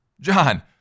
John